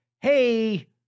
Hey